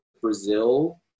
Brazil